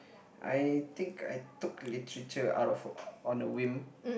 I think I took literature out of on a whim